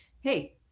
hey